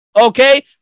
okay